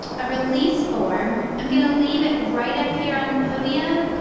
a release form i'm going to leave it right up here on the podium.